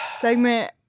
segment